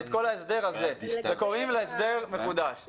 את כל ההסדר הזה וקוראים להסדר מחודש.